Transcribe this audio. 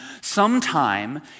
sometime